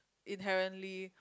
inherently